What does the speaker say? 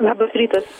labas rytas